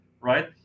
right